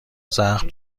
زخم